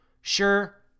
Sure